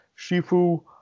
Shifu